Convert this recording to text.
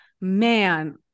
man